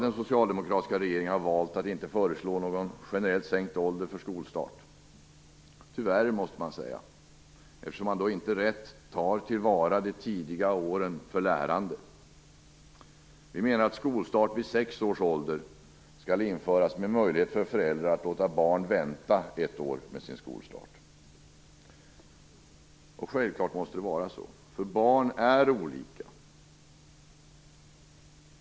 Den socialdemokratiska regeringen har valt att inte föreslå någon generellt sänkt ålder för skolstart - tyvärr, måste man säga, eftersom man då inte rätt tar till vara de tidiga åren för lärande. Vi menar att skolstart vid sex års ålder skall införas, med möjlighet för föräldrar att låta barn vänta ett år med sin skolstart. Självfallet måste det vara så, för barn är olika.